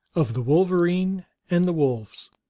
of the wolverine and the wolves,